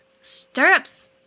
stirrups